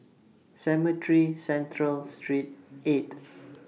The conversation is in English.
Cemetry Central Street eight